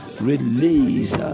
Release